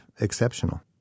exceptional